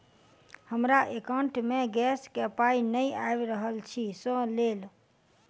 हमरा एकाउंट मे गैस केँ पाई नै आबि रहल छी सँ लेल?